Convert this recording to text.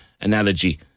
analogy